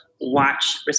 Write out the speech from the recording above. watch